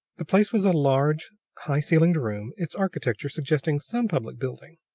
the place was a large high-ceilinged room, its architecture suggesting some public building.